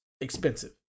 expensive